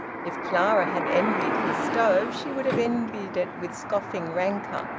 if clara had envied his stove, she would have envied it with scoffing rancour,